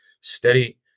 steady